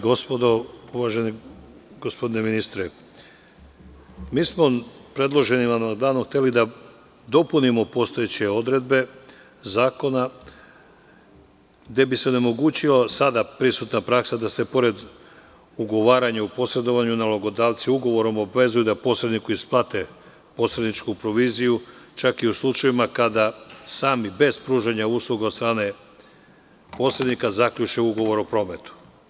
Gospođo predsedavajuća, dame i gospodo, uvaženi gospodine ministre, predloženim amandmanom smo hteli da dopunimo postojeće odredbe zakona, gde bi se onemogućila sada prisutna praksa da se pored ugovaranja u posredovanju nalogodavci ugovorom obavezuju da posredniku isplate posredničku proviziju, čak i u slučajevima kada sami, bez pružanja usluga od strane posrednika zaključe ugovor o prometu.